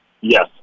yes